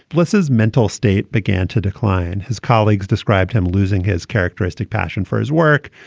alice's mental state began to decline. his colleagues described him losing his characteristic passion for his work.